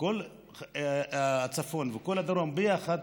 על הפריפריה, כל הצפון וכל הדרום ביחד